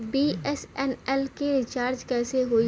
BSNL के recharge कैसे होयी?